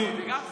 זו פעם ראשונה.